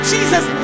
Jesus